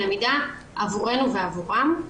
ולמידה עבורנו ועבורם.